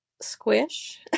squish